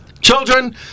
Children